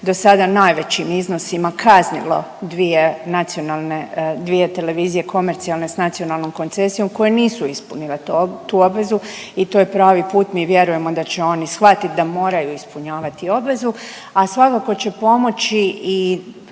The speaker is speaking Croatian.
do sada najvećim iznosima kaznilo dvije nacionalne, dvije televizije komercijalne sa nacionalnom koncesijom koje nisu ispunile tu obvezu. I to je pravi put. Mi vjerujemo da će oni shvatiti da moraju ispunjavati obvezu. A svakako će pomoći i